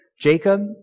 Jacob